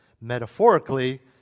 Metaphorically